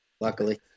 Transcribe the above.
luckily